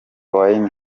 wayne